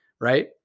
right